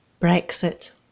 Brexit